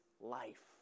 life